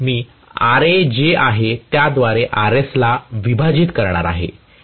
तर मी Ra जे आहे त्याद्वारे Rs ला विभाजित करणार आहे